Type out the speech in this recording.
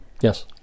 Yes